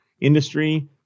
industry